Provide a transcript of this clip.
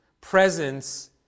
presence